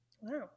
Wow